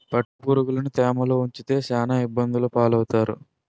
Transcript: పట్టుపురుగులుని తేమలో ఉంచితే సాన ఇబ్బందులు పాలవుతారు